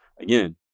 Again